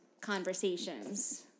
conversations